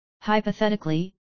Hypothetically